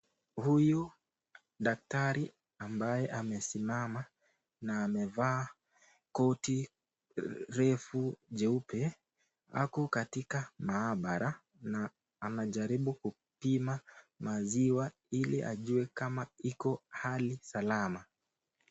Huyu daktari ambaye amesimama ,na amevaa koti refu jeupe. Ako katika mahabara na anajaribu kupima maziwa ili ajue kama iko hali salama